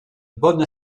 bonne